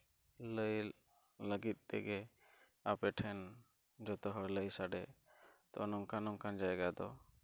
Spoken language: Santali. ᱞᱟᱹᱭ ᱞᱟᱹᱜᱤᱫ ᱛᱮᱜᱮ ᱟᱯᱮᱴᱷᱮᱱ ᱡᱷᱚᱛᱚ ᱦᱚᱲ ᱞᱟᱹᱭ ᱥᱟᱰᱮ ᱛᱚ ᱱᱚᱝᱠᱟᱱ ᱱᱚᱝᱠᱟᱱ ᱡᱟᱭᱜᱟ ᱫᱚ